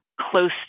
close